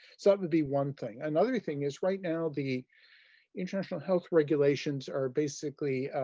so that would be one thing. another thing is right now the international health regulations are basically